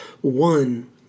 One